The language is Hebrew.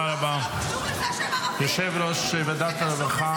אבל אדוני ראש האופוזיציה,